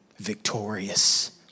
Victorious